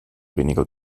weniger